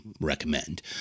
recommend